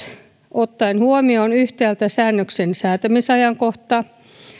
ottaen huomioon yhtäältä säännöksen säätämisajankohdan